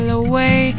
away